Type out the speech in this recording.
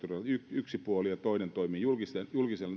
yksi puoli ja toinen toimii julkisella